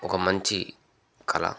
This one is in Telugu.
ఒక మంచి కళ